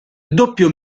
doppio